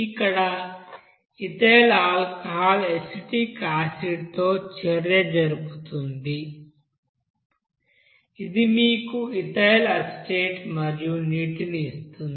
ఇక్కడ ethyl alcohol acetic acid తో చర్య జరుపుతుంది ఇది మీకు ఇథైల్ అసిటేట్ మరియు నీటిని ఇస్తుంది